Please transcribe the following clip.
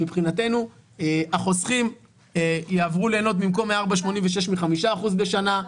מבחינתנו החוסכים יעברו ליהנות במקום מ-4.86% ל-5% בשנה,